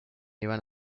iban